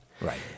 Right